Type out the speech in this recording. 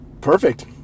Perfect